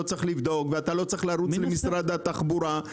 צריך לבדוק ואתה לא צריך לרוץ למשרד התחבורה.